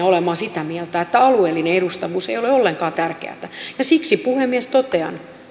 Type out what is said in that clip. olemaan sitä mieltä että alueellinen edustavuus ei ole ollenkaan tärkeätä ja siksi puhemies totean